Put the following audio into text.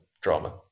drama